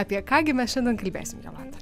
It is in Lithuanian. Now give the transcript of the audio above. apie ką gi mes šiandien kalbėsim jolanta